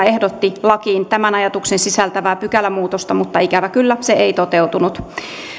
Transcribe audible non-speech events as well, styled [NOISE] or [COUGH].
[UNINTELLIGIBLE] ehdotti lakiin tämän ajatuksen sisältävää pykälämuutosta mutta ikävä kyllä se ei toteutunut